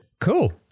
Cool